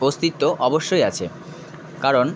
অস্তিত্ব অবশ্যই আছে কারণ